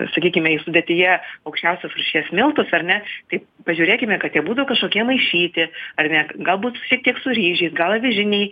sakykime sudėtyje aukščiausios rūšies miltus ar ne taip pažiūrėkime kad jie būtų kažkokie maišyti ar ne galbūt šiek tiek su ryžiais gal avižiniai